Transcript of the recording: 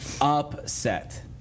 upset